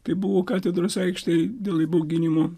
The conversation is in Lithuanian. tai buvo katedros aikštėj dėl įbauginimo